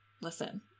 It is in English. Listen